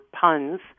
puns